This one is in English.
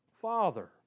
Father